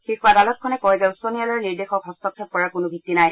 শীৰ্ষ আদালতখনে কয় যে উচ্চ ন্যায়ালয়ৰ নিৰ্দেশক হস্তক্ষেপ কৰাৰ কোনো ভিত্তি নাই